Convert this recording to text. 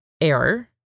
error